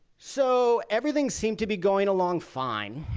so everything seemed to be going along fine.